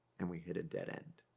and we hit a dead-end.